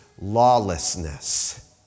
lawlessness